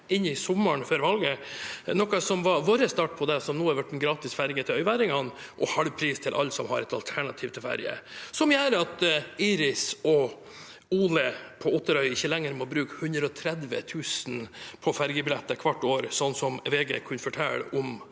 inn i sommeren før valget, noe som var vår start på det som nå har blitt gratis ferje til øyværingene og halv pris til alle som har et alternativ til ferje, og som gjør at Iris og Ole på Otrøya ikke lenger må bruke 130 000 kr på ferjebilletter hvert år, slik som VG kunne fortelle om